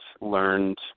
learned